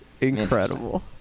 Incredible